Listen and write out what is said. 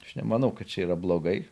aš nemanau kad čia yra blogai